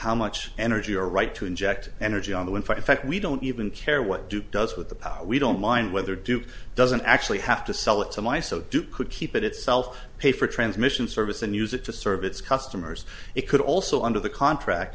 how much energy are right to inject energy on the one foot in fact we don't even care what duke does with the power we don't mind whether duke doesn't actually have to sell it so my so do could keep it itself pay for transmission service and use it to serve its customers it could also under the contract